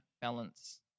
balance